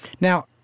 Now